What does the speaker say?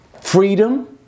freedom